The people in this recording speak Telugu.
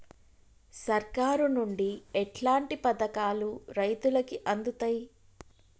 సర్కారు నుండి ఎట్లాంటి పథకాలు రైతులకి అందుతయ్?